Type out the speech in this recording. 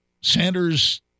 Sanders